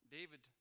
David